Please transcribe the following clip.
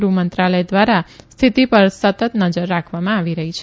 ગૃહ મંત્રાલય ધ્વારા સ્થિતિ પર નજર રાખવામાં આવી રહી છે